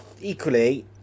Equally